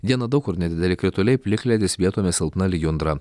dieną daug kur nedideli krituliai plikledis vietomis silpna lijundra